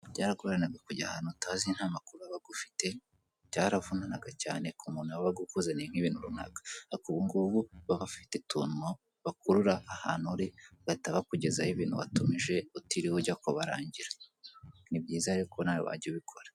Byaragoranaga kujya ahantu utazi, nta makuru wabaga ufite, byaravunanaga cyane ku muntu wabaga akuzaniye nk'ibintu runaka, ariko ubu ngubu baba bafite ukuntu bakurura ahantu uri, bahita bakugezaho ibintu watumije utiriwe ujya kubarangira, ni byiza rero ko nawe wajya ubikora.